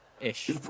Ish